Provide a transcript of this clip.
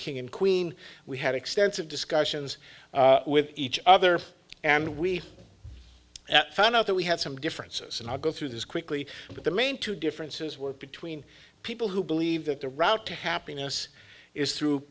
king and queen we had extensive discussions with each other and we and found out that we have some differences and i'll go through this quickly but the main two differences were between people who believe that the route to happiness is through